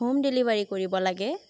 home delivery কৰিব লাগে